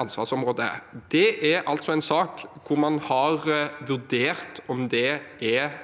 ansvarsområde. Det er en sak som man har vurdert om er en